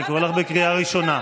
אני קורא אותך בקריאה ראשונה.